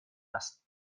است